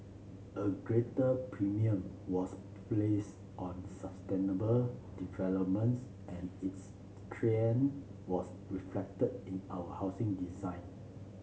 a greater premium was placed on sustainable developments and this trend was reflected in our housing design